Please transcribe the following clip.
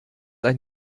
ein